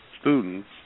students